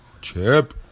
Chip